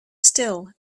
still